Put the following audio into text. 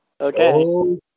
Okay